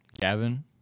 Gavin